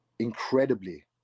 incredibly